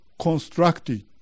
constructed